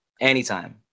anytime